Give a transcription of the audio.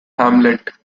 hamlet